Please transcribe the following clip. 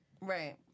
Right